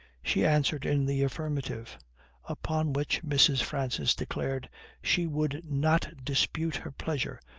she answered in the affirmative upon which mrs. francis declared she would not dispute her pleasure,